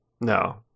No